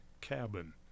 Cabin